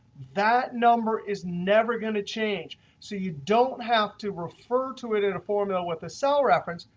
that number is never going to change. so you don't have to refer to it in a formula with a cell reference.